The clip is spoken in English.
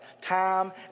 time